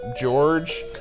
George